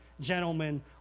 gentlemen